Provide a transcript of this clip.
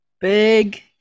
big